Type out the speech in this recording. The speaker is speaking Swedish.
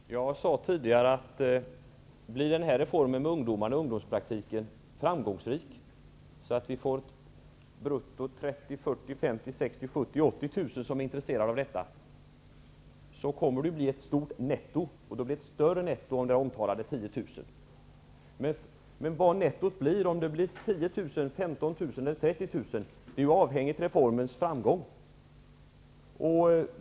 Herr talman! Jag sade tidigare att om den här reformen med undomspraktik blir framgångsrik, dvs. med brutto på 30 000 upp till 80 000 ungdomar intresserade, blir nettot stort. Det blir större än den omtalade siffran 10 000. Huruvida nettot blir 10 000, 15 000 eller 30 000 är avhängigt reformens framgång.